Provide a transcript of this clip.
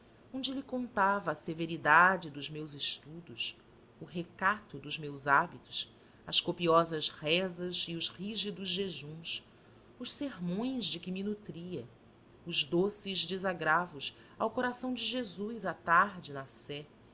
onde lhe contava a severidade dos meus estudos o recato dos meus hábitos as copiosas rezas e os rígidos jejuns os sermões de que me nutria os doces desagravos ao coração de jesus à tarde na